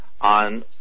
on